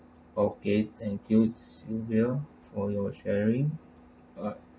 okay thank you sylvia for your sharing alright